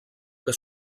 que